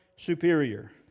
superior